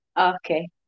Okay